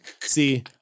See